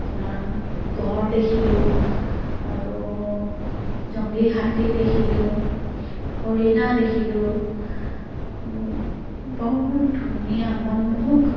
আপোনাৰ গঁড় দেখিলোঁ আৰু জংলী হাতী দেখিলোঁ হৰিণা দেখিলোঁ বৰ ধুনীয়া মনমোহক